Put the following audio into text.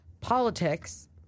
politics